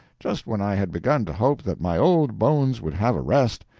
just when i had begun to hope that my old bones would have a rest,